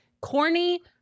Corny